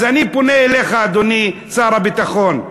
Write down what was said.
אז אני פונה אליך, אדוני שר הביטחון,